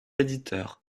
éditeur